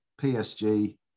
PSG